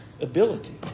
ability